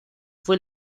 fue